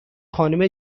خانم